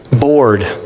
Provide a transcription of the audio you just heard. bored